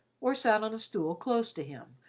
or sat on a stool close to him,